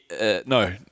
no